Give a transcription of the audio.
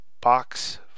box